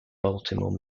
baltimore